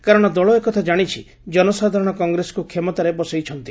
କାରଣ ଦଳ ଏକଥା ଜାଣିଛି ଜନସାଧାରଣ କଂଗ୍ରେସକୁ କ୍ଷମତାରେ ବସେଇଛନ୍ତି